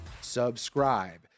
subscribe